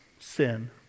sin